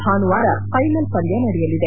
ಭಾನುವಾರ ಫೈನಲ್ ಪಂದ್ಯ ನಡೆಯಲಿದೆ